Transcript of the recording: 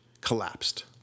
collapsed